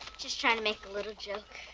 just trying to make a little joke.